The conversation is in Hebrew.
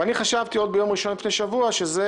ואני חשבתי עוד ביום ראשון לפני שבוע שזה